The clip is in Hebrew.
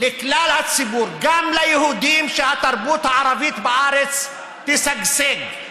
לכלל הציבור, גם ליהודים, שהתרבות בארץ תשגשג.